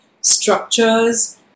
structures